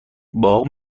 باغ